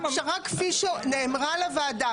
הפשרה כפי שנאמרה לוועדה,